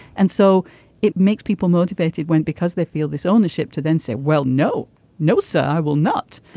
and so it makes people motivated when because they feel this ownership to then say well no no sir i will not.